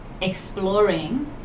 exploring